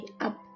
up